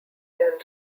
general